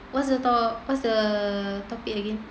what's the to~ what's the topic again